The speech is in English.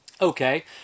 Okay